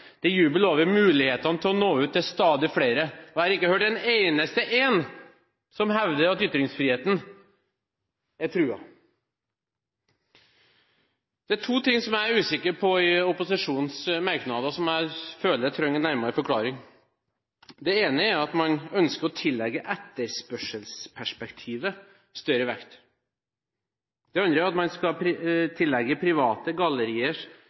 det er jubel over mulighetene til å nå ut til stadig flere, og jeg har ikke hørt en eneste én som hevder at ytringsfriheten er truet. Det er to ting som jeg er usikker på i opposisjonens merknader, og som jeg føler trenger en nærmere forklaring. Det ene er at man ønsker å tillegge etterspørselsperspektivet større vekt. Det andre er at man skal tillegge private